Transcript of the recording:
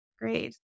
Great